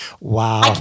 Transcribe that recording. Wow